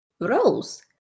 Rose